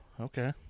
Okay